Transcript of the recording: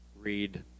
Read